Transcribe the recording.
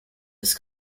his